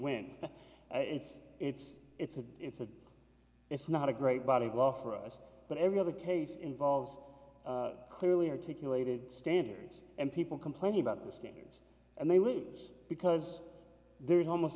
went it's it's it's a it's a it's not a great body of law for us but every other case involves clearly articulated standards and people complaining about the standards and they leave because there is almost